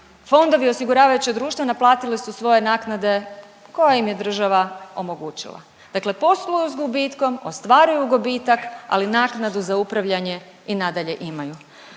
fondovi i osiguravajuća društva naplatili su svoje naknade koje im je država omogućila. Dakle, posluju s gubitkom, ostvaruju gubitak, ali naknadu za upravljanje i nadalje imaju.